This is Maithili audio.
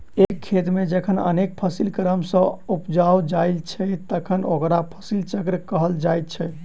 एक खेत मे जखन अनेक फसिल क्रम सॅ उपजाओल जाइत छै तखन ओकरा फसिल चक्र कहल जाइत छै